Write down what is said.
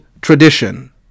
tradition